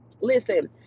Listen